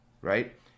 right